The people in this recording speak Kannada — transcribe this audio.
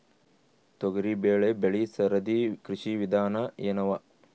ತೊಗರಿಬೇಳೆ ಬೆಳಿ ಸರದಿ ಕೃಷಿ ವಿಧಾನ ಎನವ?